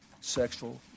sexual